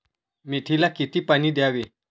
मेथीला किती पाणी द्यावे?